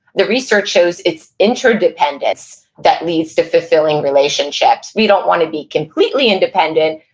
the research shows it's interdependence that leads to fulfilling relationships. we don't want to be completely independent,